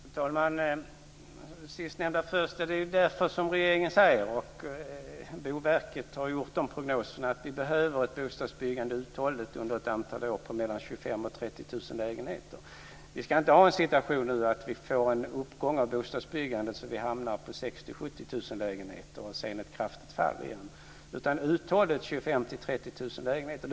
Fru talman! Jag ska ta upp det sistnämnda först. Det är ju därför som regeringen säger att vi behöver ett uthålligt bostadsbyggande under ett antal år på mellan 25 000 och 30 000 lägenheter - och Boverket har gjort de prognoserna. Vi ska inte ha en situation nu då det blir en uppgång av bostadsbyggandet, så att vi hamnar på 60 000-70 000 lägenheter och det sedan blir ett kraftigt fall igen. Det ska vara ett uthålligt byggande av 25 000-30 000 lägenheter.